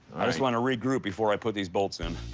i just want to regroup before i put these bolts in.